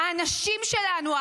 האנשים שלנו,